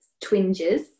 twinges